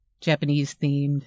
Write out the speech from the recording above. Japanese-themed